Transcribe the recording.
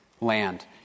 land